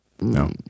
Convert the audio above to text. No